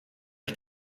est